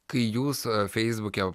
kai jūs feisbuke